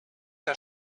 der